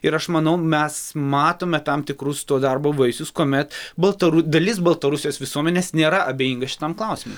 ir aš manau mes matome tam tikrus to darbo vaisius kuomet baltaru dalis baltarusijos visuomenės nėra abejinga šitam klausimui